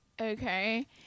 Okay